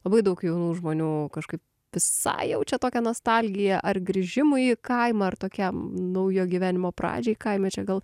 labai daug jaunų žmonių kažkaip visai jaučia tokią nostalgiją ar grįžimui į kaimą ar tokią naujo gyvenimo pradžią į kaimą čia gal